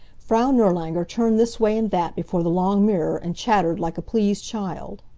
frau nirlanger turned this way and that before the long mirror and chattered like a pleased child.